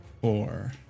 four